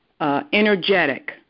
energetic